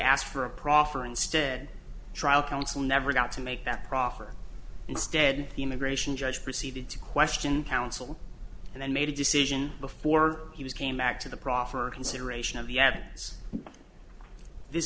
asked for a proffer instead trial counsel never got to make that proffer instead the immigration judge proceeded to question counsel and then made a decision before he was came back to the proper consideration of the